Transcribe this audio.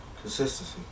Consistency